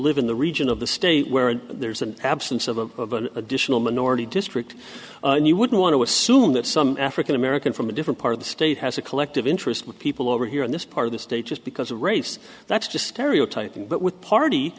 live in the region of the state where there's an absence of a minority district and you wouldn't want to assume that some african american from a different part of the state has a collective interest with people over here in this part of the state just because of race that's just area type thing but with party